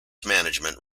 management